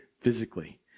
physically